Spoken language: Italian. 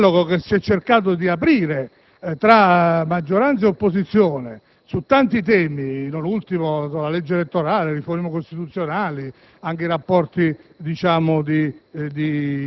quel dialogo che si è cercato di aprire tra maggioranza e opposizione su tanti temi (non ultimi la legge elettorale e la riforma costituzionale) sia i rapporti di